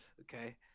okay